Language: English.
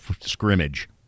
scrimmage